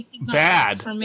Bad